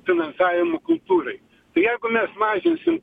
finansavimo kultūrai jeigu mes mažinsim